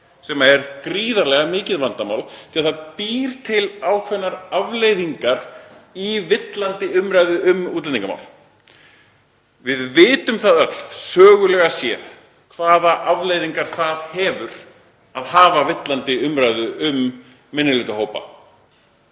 sem er gríðarlega mikið vandamál því að það hefur í för með sér ákveðnar afleiðingar í villandi umræðu um útlendingamál. Við vitum öll sögulega séð hvaða afleiðingar það hefur að halda uppi villandi umræðu um minnihlutahópa.